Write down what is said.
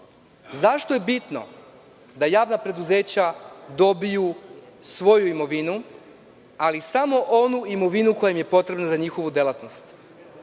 Zašto je bitno da javna preduzeća dobiju svoju imovinu, ali samo onu imovinu koja im je potrebna za njihovu delatnost?